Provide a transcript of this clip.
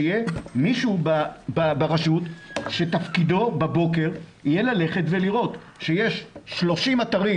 שיהיה מישהו ברשות שתפקידו יהיה ללכת ולראות שיש 30 אתרים